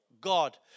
God